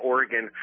Oregon